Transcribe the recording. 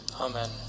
Amen